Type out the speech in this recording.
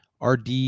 RD